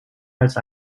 als